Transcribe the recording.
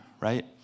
right